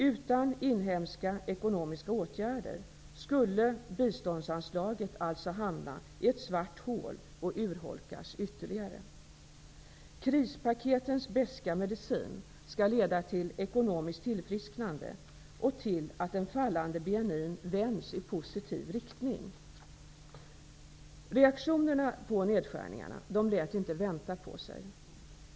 Utan inhemska ekonomiska åtgärder skulle biståndsanslaget alltså hamna i ett svart hål och urholkas ytterligare. Krispaketens beska medicin skall leda till ekonomiskt tillfrisknande och till att den fallande BNI:n vänds i positiv riktning. Reaktionerna på nedskärningarna lät inte vänta på sig.